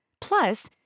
Plus